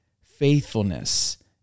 faithfulness